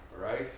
right